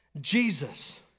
Jesus